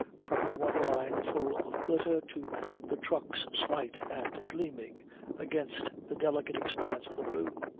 from the water-line full of glitter to the trucks slight and gleaming against the delicate expanse of the blue.